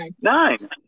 Nine